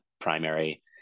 primary